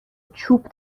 چوب